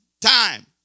time